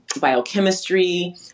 biochemistry